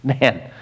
Man